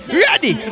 ready